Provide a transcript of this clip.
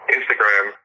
Instagram